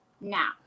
now